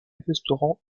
restaurant